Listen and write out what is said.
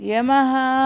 Yamaha